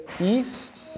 east